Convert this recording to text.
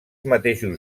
mateixos